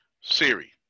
Siri